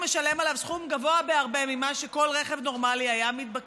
הוא משלם עליו סכום גבוה בהרבה ממה שכל רכב נורמלי היה מתבקש,